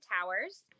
Towers